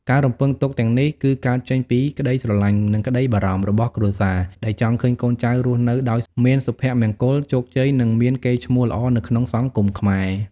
ការរំពឹងទុកទាំងនេះគឺកើតចេញពី ក្តីស្រឡាញ់ និងក្តីបារម្ភ របស់គ្រួសារ ដែលចង់ឃើញកូនចៅរស់នៅដោយមានសុភមង្គល ជោគជ័យ និងមានកេរ្តិ៍ឈ្មោះល្អនៅក្នុងសង្គមខ្មែរ។